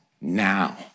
now